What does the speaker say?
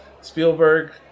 Spielberg